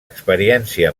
experiència